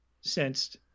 sensed